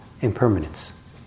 impermanence